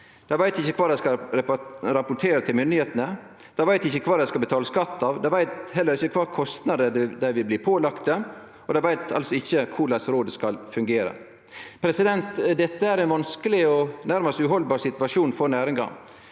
Dei veit ikkje kva dei skal rapportere til myndigheitene. Dei veit ikkje kva dei skal betale skatt av. Dei veit heller ikkje kva kostnader dei vil bli pålagde, og dei veit altså ikkje korleis rådet skal fungere. Dette er ein vanskeleg og nærmast uhaldbar situasjon for næringa,